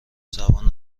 زبان